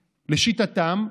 לשיטתם,